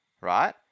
right